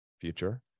future